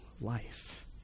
life